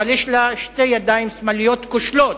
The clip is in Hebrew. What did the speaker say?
אבל יש לה שתי ידיים שמאליות כושלות.